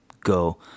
go